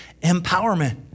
empowerment